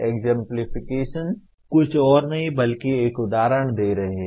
exemplification कुछ और नहीं बल्कि एक उदाहरण दे रहे हैं